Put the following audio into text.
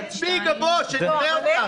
תצביעי גבוה, שנראה אותך.